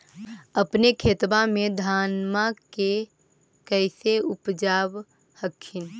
अपने खेतबा मे धन्मा के कैसे उपजाब हखिन?